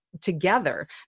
together